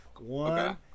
one